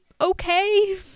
okay